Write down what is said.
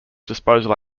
disposal